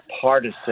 partisan